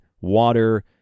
water